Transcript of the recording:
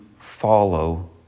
Follow